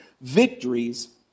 victories